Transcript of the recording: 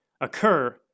occur